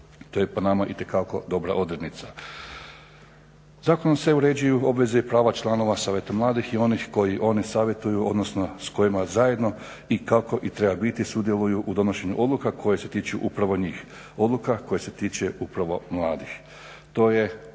To je po nama itekako dobra odrednica. Zakonom se uređuju obveze i prava članova Savjeta mladih i onih koje oni savjetuju, odnosno s kojima zajedno i kako i treba biti sudjeluju u donošenju odluka koje se tiču upravo njih, odluka koje se tiču upravo mladih. To je